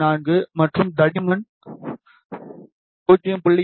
4 மற்றும் தடிமன் 0